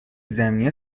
زمینی